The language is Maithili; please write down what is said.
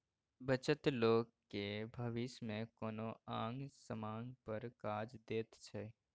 बचत लोक केँ भबिस मे कोनो आंग समांग पर काज दैत छै